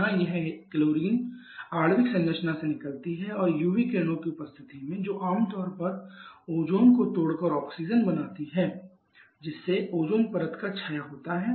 जहाँ यह क्लोरीन आणविक संरचना से निकलती है और यूवी किरणों की उपस्थिति में जो आम तौर पर ओजोन को तोड़कर ऑक्सीजन बनाती है जिससे ओज़ोन परत का क्षय होता है